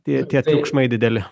tie tie triukšmai dideli